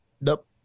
Nope